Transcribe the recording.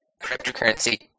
cryptocurrency